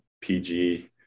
PG